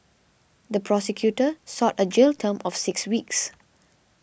the prosecutor sought a jail term of six weeks